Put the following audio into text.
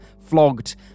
flogged